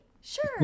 sure